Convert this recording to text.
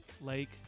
Lake